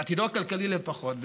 את עתידו הכלכלי לפחות.